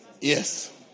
Yes